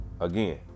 Again